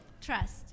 Trust